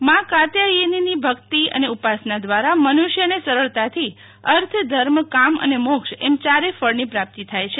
માં કાત્યયનીની ભક્તિ અને ઉપાસના દ્વારા મનુષ્યને સરળતાથી અર્થ ધર્મ કામ અને મોક્ષએમ ચારે ફળની પ્રાપ્તિ થાય છે